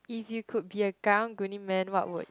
if you could be a Karang-Guni-man what would